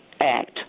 Act